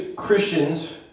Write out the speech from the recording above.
Christians